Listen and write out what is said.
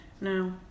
No